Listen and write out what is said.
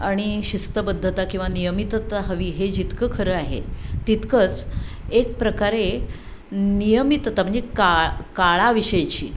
आणि शिस्तबद्धता किंवा नियमितता हवी हे जितकं खरं आहे तितकंच एक प्रकारे नियमितता म्हणजे का काळाविषयीची